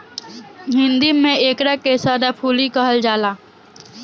हिंदी में एकरा के सदाफुली कहल जाला